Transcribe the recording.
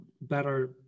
better